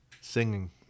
Singing